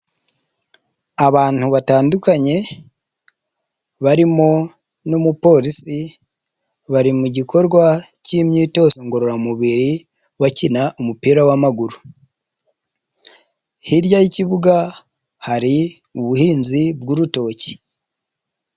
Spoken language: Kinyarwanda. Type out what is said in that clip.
Abantu batandukanye, barimo n'umupolisi, bari mu gikorwa cy'imyitozo ngororamubiri bakina umupira w'amaguru, hirya yi'ikibuga hari ubuhinzi bw'urutoki.